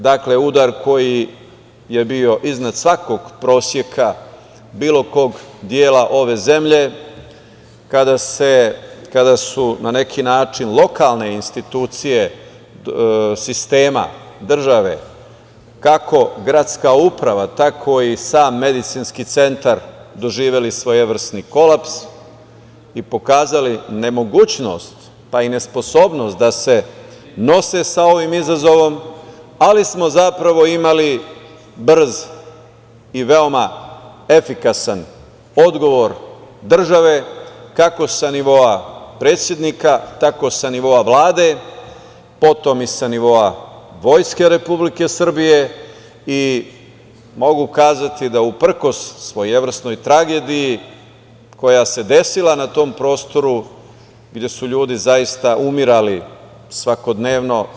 Dakle, udar koji je bio iznad svakog proseka bilo kog dela ove zemlje kada su na neki način lokalne institucije sistema države, kako gradska uprava, tako i sam Medicinski centar doživeli svojevrsni kolaps i pokazali nemogućnost, pa i nesposobnost da se nose sa ovim izazovom, ali smo zapravo imali brz i veoma efikasna odgovor države, kako sa nivoa predsednika, tako sa nivoa Vlade, potom i sa nivoa Vojske Republike Srbije i mogu kazati da, uprkos svojevrsnoj tragediji koja se desila na tom prostoru gde su ljudi zaista umirali svakodnevno…